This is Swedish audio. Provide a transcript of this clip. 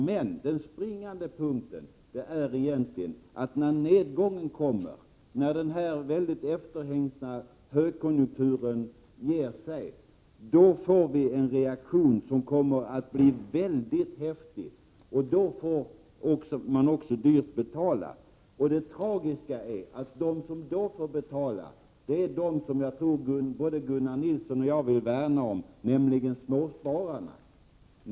Men den springande punkten är egentligen att vi, när nedgången kommer, när den här väldigt efterhängsna högkonjunkturen ger sig, får en mycket häftig reaktion. Då får man också dyrt betala. Det tragiska är att de som då får betala är de som väl både Gunnar Nilsson och jag vill värna om, nämligen småspararna.